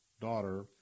daughter